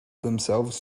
themselves